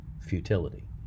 futility